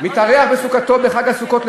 מתארח בסוכתו בחג הסוכות.